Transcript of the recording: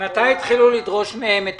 ממתי התחילו לדרוש מהם את